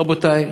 רבותי,